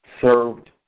served